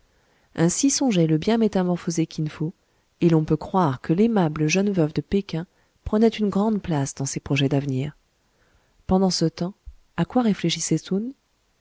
ainsi songeait le bien métamorphosé kin fo et l'on peut croire que l'aimable jeune veuve de péking prenait une grande place dans ses projets d'avenir pendant ce temps à quoi réfléchissait soun